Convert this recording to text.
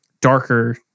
darker